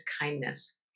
kindness